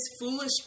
foolish